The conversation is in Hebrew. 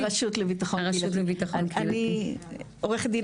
עורכת הדין,